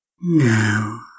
now